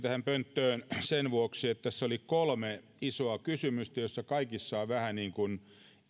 pönttöön sen vuoksi että tässä oli kolme isoa kysymystä joissa kaikissa on vähän niin kuin